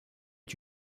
est